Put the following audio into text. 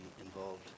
involved